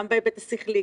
גם בהיבט השכלי,